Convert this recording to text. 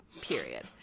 Period